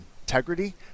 integrity